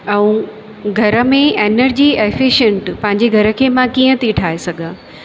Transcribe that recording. ऐं घर में एनर्जी एफिशंट पंहिंजे घर खे मां कीअं थी ठाहे सघां